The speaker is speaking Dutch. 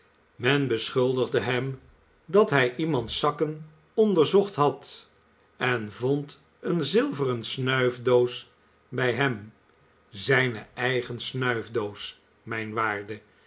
men beschuldigde hem dat hij iemands zakken onderzocht had en vond een zilveren snuifdoos bij hem zijne eigen snuifdoos mijn waarde